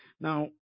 Now